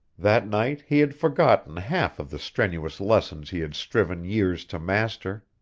that night he had forgotten half of the strenuous lesson he had striven years to master